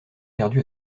perdu